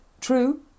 true